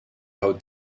how